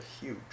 huge